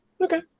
Okay